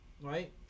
right